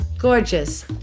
Gorgeous